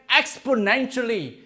exponentially